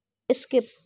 skip